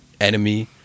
enemy